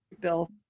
bill